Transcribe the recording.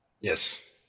Yes